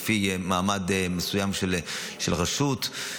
לפי מעמד מסוים של רשות.